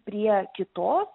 prie kitos